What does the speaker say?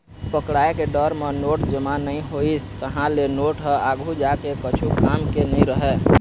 पकड़ाय के डर म नोट जमा नइ होइस, तहाँ ले नोट ह आघु जाके कछु काम के नइ रहय